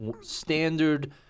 standard